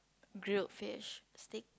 grilled fish steak